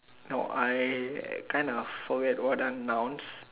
no I kind of forget what are nouns